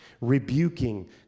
rebuking